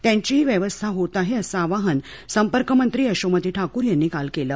त्यांचीही व्यवस्था होत आहे असं आवाहन संपर्कमंत्री यशोमती ठाकूर यांनी काल केलं